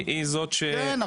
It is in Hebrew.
היא זאת ש- כן,